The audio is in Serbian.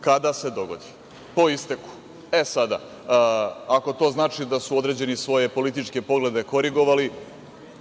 kada se dogodi.E sada, ako to znači da su određeni svoje političke poglede korigovali,